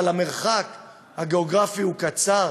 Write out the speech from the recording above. המרחק הגיאוגרפי הוא קצר